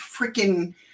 freaking